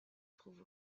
trouve